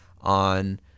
on